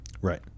Right